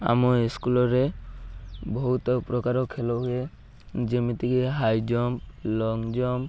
ଆମ ସ୍କୁଲ୍ରେ ବହୁତ ପ୍ରକାର ଖେଳ ହୁଏ ଯେମିତିକି ହାଇ ଜମ୍ପ ଲଙ୍ଗ୍ ଜମ୍ପ